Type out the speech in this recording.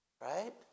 right